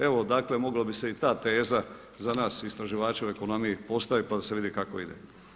Evo dakle mogla bi se i ta teza za nas istraživače u ekonomiji postavit pa da se vidi kako ide.